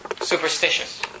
superstitious